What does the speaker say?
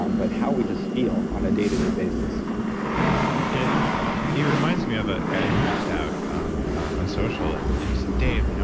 um but how we just feel on a day-to-day basis it it reminds me of a guy who reached out on on social and and he said, dave, you know